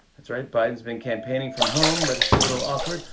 that's right, biden's been campaigning from home, but it's a little awkward.